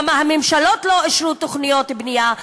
למה הממשלות לא אישרו תוכניות בנייה,